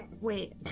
Wait